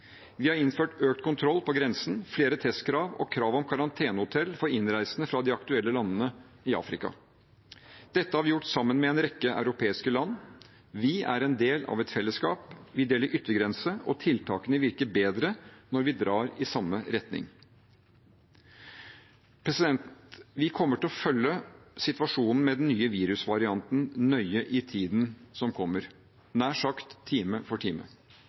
Vi har innført økt kontroll på grensen, flere testkrav og krav om karantenehotell for innreisende fra de aktuelle landene i Afrika. Dette har vi gjort sammen med en rekke europeiske land. Vi er en del av et fellesskap. Vi deler yttergrense, og tiltakene virker bedre når vi drar i samme retning. Vi kommer til å følge situasjonen med den nye virusvarianten nøye i tiden som kommer, nær sagt time for time.